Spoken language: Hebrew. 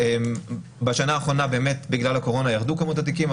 בשנה האחרונה, בגלל הקורונה, ירדו כמות התיקים.